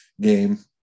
game